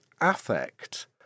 affect